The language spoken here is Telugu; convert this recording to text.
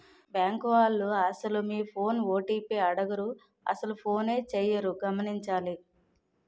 బ్యాంకు వాళ్లు అసలు మీ ఫోన్ ఓ.టి.పి అడగరు అసలు ఫోనే చేయరు గమనించాలి